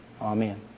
Amen